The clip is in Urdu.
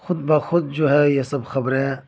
خود بخود جو ہے یہ سب خبریں